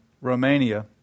Romania